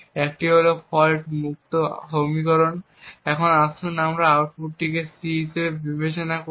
একটি হল ফল্ট মুক্ত সমীকরণ আসুন আমরা এই আউটপুটটিকে C হিসাবে বিবেচনা করি